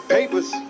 Papers